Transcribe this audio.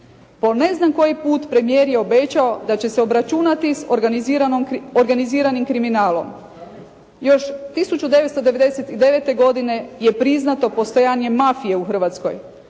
Po ne znam koji put premijer je obećao da će se obračunati s organiziranim kriminalom. Još 1999. godine je priznato postojanje mafije u Hrvatskoj.